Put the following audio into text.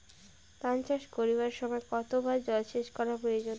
ধান চাষ করিবার সময় কতবার জলসেচ করা প্রয়োজন?